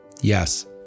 Yes